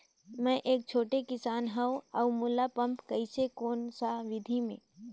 मै एक छोटे किसान हव अउ मोला एप्प कइसे कोन सा विधी मे?